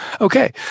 okay